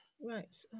Right